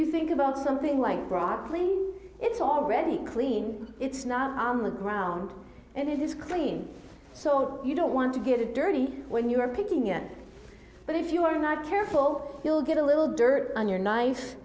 you think about something like broccoli it's already clean it's not on the ground and it's clean so you don't want to give it dirty when you're picking in but if you are not careful you'll get a little dirt on your knife